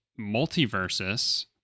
multiverses